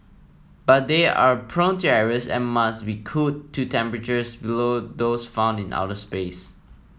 but they are prone to errors and must be cooled to temperatures below those found in outer space